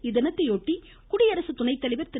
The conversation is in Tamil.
இத்தினத்தையொட்டி குடியரசு துணை தலைவர் திரு